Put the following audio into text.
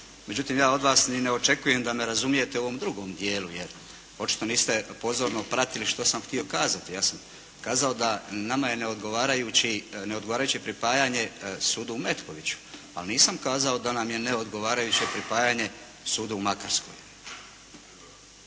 Međutim ja od vas ni ne očekujem da me razumijete u ovom drugom dijelu jel', očito niste pozorno pratili što sam htio kazati. Ja sam kazao da nama je neodgovarajuće pripajanje suda u Metkoviću, ali nisam kazao da nam je neodgovarajuće pripajanje suda u Makarskoj.